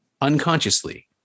unconsciously